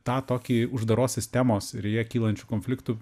tą tokį uždaros sistemos ir joje kylančių konfliktų